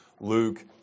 Luke